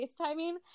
facetiming